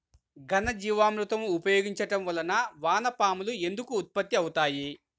ఘనజీవామృతం ఉపయోగించటం వలన వాన పాములు ఎందుకు ఉత్పత్తి అవుతాయి?